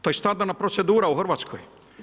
To je standardna procedura u Hrvatskoj.